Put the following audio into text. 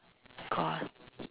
got